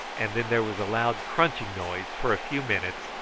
and then there was a loud crunching noise for a few minutes,